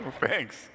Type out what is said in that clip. Thanks